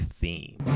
theme